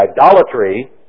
idolatry